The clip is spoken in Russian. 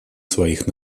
своих